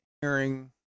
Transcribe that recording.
hearing